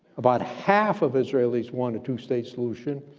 about half of israelis want a two state solution,